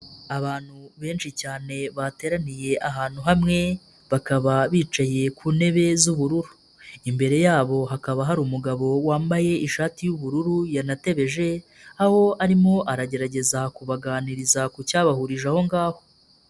Abantu benshi cyane bateraniye ahantu hamwe bakaba bicaye ku ntebe z'ubururu, imbere yabo hakaba hari umugabo wambaye ishati y'ubururu yanatebeje, aho arimo aragerageza kubaganiriza ku cyabahurije aho ngaho.